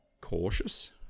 cautious